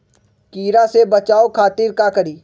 कीरा से बचाओ खातिर का करी?